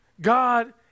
God